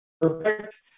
perfect